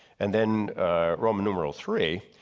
and then roman numeral three,